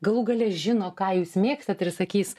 galų gale žino ką jūs mėgstat ir sakys